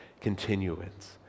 continuance